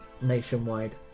nationwide